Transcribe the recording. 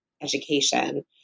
education